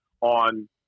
on